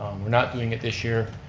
we're not doing it this year